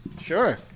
Sure